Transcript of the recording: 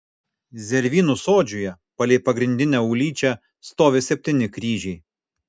zervynų sodžiuje palei pagrindinę ulyčią stovi septyni kryžiai